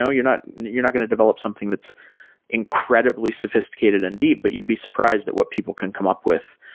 ah you're not you're not going to develop something that's incredibly sophisticated and deep, but you'd be surprised at what people can come up with.